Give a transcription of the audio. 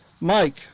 Mike